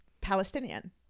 palestinian